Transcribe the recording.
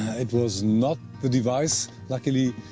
it was not the device, luckily.